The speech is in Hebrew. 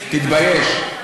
תתבייש.